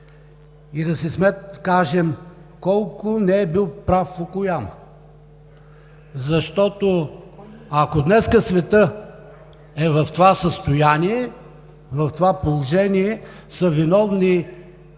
и да си кажем колко не е бил прав Фукуяма. Защото, ако днес светът е в това състояние, в това положение, са виновни много